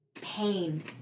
pain